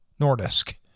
Nordisk